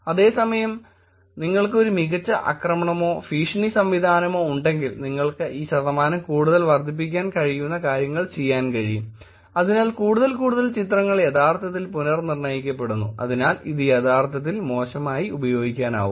അതേസമയം നിങ്ങൾക്ക് ഒരു മികച്ച ആക്രമണമോ ഭീഷണി സംവിധാനമോ ഉണ്ടെങ്കിൽ നിങ്ങൾക്ക് ഈ ശതമാനം കൂടുതൽ വർദ്ധിപ്പിക്കാൻ കഴിയുന്ന കാര്യങ്ങൾ ചെയ്യാൻ കഴിയുംഅതിനാൽ കൂടുതൽ കൂടുതൽ ചിത്രങ്ങൾ യഥാർത്ഥത്തിൽ പുനർ നിർണയിക്കപ്പെടുന്നു അതിനാൽ ഇത് യഥാർത്ഥത്തിൽ മോശമായി ഉപയോഗിക്കാനാകും